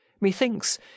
methinks